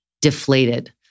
deflated